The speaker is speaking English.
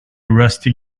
rusty